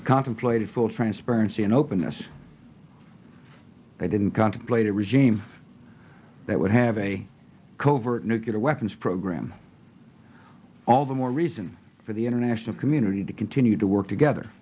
signed contemplated full transparency and openness they didn't contemplate a regime that would have a covert nuclear weapons program all the more reason for the international community to continue to work together